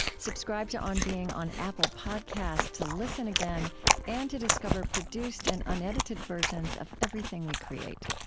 subscribe to on being on apple podcasts to listen again and to discover produced and unedited versions of everything we create